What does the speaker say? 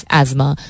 asthma